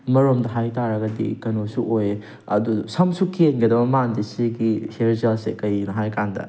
ꯑꯃꯔꯣꯝꯗ ꯍꯥꯏꯇꯥꯔꯒꯗꯤ ꯀꯩꯅꯣꯁꯨ ꯑꯣꯏꯌꯦ ꯑꯗꯨ ꯁꯝꯁꯨ ꯀꯦꯡꯒꯗꯕ ꯃꯥꯟꯗꯦ ꯁꯤꯒꯤ ꯍꯦꯌꯔ ꯖꯦꯜꯁꯦ ꯀꯩꯒꯤꯅꯣ ꯍꯥꯏꯔꯀꯥꯟꯗ